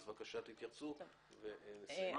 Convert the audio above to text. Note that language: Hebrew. אז בבקשה תתייחסו ונסיים.